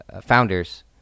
founders